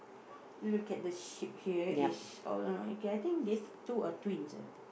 look at the sheep here it's all like okay I think these two are twins ah